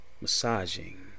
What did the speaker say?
massaging